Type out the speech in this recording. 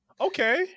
Okay